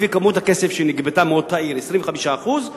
לפי כמות הכסף שנגבתה מאותה עיר או במדינה,